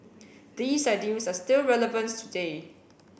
these ideals are still relevance today